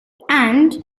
and